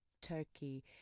Turkey